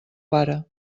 pare